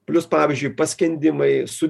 plius pavyzdžiui paskendimai su